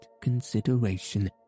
consideration